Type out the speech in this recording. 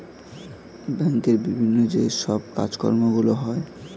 ব্যাংকের বিভিন্ন যে সব কাজকর্মগুলো হয়